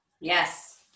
Yes